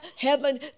heaven